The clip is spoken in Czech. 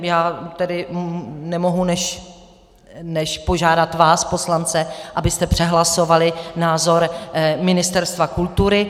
Já tedy nemohu než požádat vás poslance, abyste přehlasovali názor Ministerstva kultury.